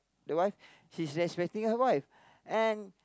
the wife he's expecting her wife and